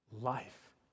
Life